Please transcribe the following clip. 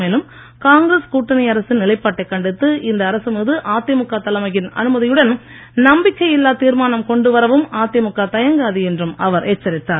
மேலும் காங்கிரஸ் கூட்டணி அரசின் நிலைப்பாட்டை கண்டித்து இந்த அரசு மீது அதிமுக தலைமையின் அனுமதியுடன் நம்பிக்கையில்லா தீர்மானம் கொண்டுவரவும் அதிமுக தயங்காது என்றும் அவர் எச்சரித்தார்